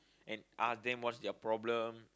and ask them what's their problem